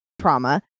trauma